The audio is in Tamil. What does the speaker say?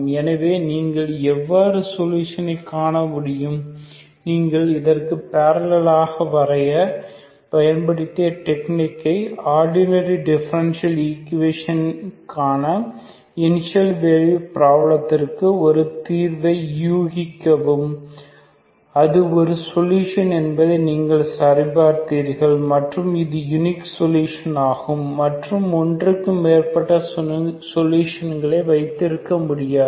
எனவே நீங்கள் எவ்வறு சொலுஷனை காண முடியும் நீங்கள் இதற்கு பேரலளாக வரைய பயன்படுத்திய டெக்னிக் ஆர்டினரி டிஃபரண்டியல் ஈக்குவேஷனுக்கான இனிஷியல் வேல்யூ பிராப்ளத்தின் ஒரு தீர்வை யூகிக்கவும் அது ஒரு சொல்யூஷன் என்பதை நீங்கள் சரிபார்த்தீர்கள் மற்றும் இது யுனிக் சொலுஷன் ஆகும் மற்றும் ஒன்றுக்கு மேற்பட்ட சொலுஷன்களை வைத்திருக்க முடியாது